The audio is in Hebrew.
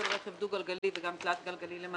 על רכב דו גלגלי ולמעשה גם תלת גלגלי.